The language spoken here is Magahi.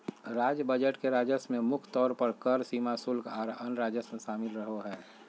राज्य बजट के राजस्व में मुख्य तौर पर कर, सीमा शुल्क, आर अन्य राजस्व शामिल रहो हय